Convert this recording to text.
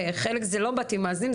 וחלק זה לא בתים מאזנים,